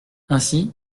ainsi